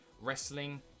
wrestling